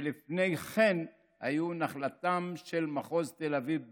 שלפני כן היו נחלתו של מחוז תל אביב בלבד.